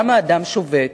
למה אדם שובת?